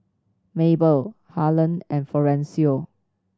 Mabel Harland and Florencio